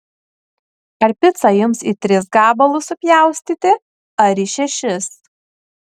ar picą jums į tris gabalus supjaustyti ar į šešis